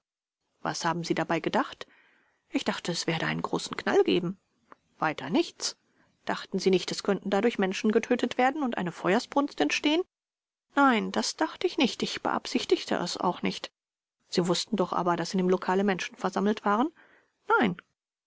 was haben sie dabei gedacht b ich dachte es werde einen großen knall geben vors weiter nichts dachten sie nicht es könnten dadurch menschen getötet werden und eine feuersbrunst entstehen b nein das dachte ich nicht ich beabsichtigte es auch nicht vors sie wußten doch aber daß in dem lokale menschen versammelt waren b nein